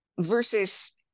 versus